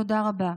תודה רבה.